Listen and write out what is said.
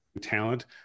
talent